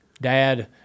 Dad –